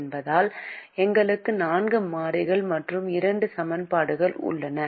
என்பதால் எங்களுக்கு நான்கு மாறிகள் மற்றும் இரண்டு சமன்பாடுகள் உள்ளன